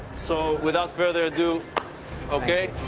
so without further a do okay,